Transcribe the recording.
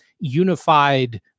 Unified